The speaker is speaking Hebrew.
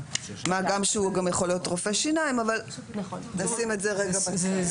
מה גם שהוא יכול להיות רופא שיניים אבל נשים את זה רגע בצד.